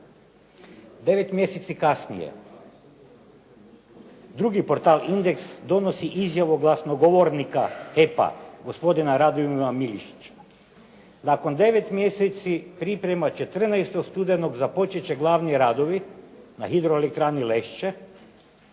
9 mjeseci kasnije, drugi portal Indeks donosi izjavu glasnogovornika HEP-a gospodina Radovana Milišića, nakon 9 mjeseci priprema 14. studenog započet će glavni radovi na Hidroelektrani „Lešće“